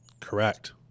Correct